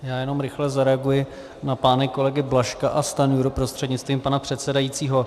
Já jenom rychle zareaguji na pány kolegy Blažka a Stanjuru prostřednictvím pana předsedajícího.